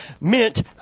meant